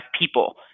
people